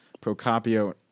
Procopio